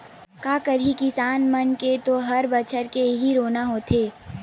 का करही किसान मन के तो हर बछर के इहीं रोना होथे